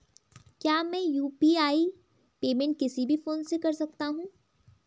क्या मैं UPI payment किसी भी फोन से कर सकता हूँ?